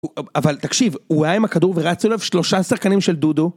אבל תקשיב, הוא היה עם הכדור ורצו אליו שלושה שחקנים של דודו